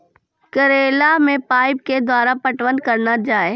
करेला मे पाइप के द्वारा पटवन करना जाए?